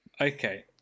Okay